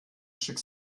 stück